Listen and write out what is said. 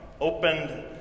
opened